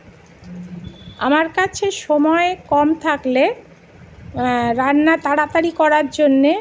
আমার কাছে সময় কম থাকলে রান্না তাড়াতাড়ি করার জন্যে